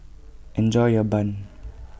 Enjoy your Bun